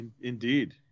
Indeed